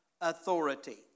authority